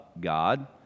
God